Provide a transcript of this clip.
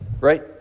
right